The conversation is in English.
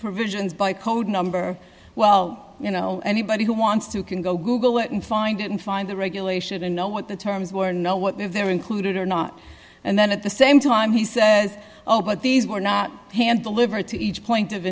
provisions by code number well you know anybody who wants to can go google it and find it and find the regulation and know what the terms were know what they're included or not and then at the same time he says oh but these were not hand delivered to each point of